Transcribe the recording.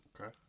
Okay